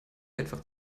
einfach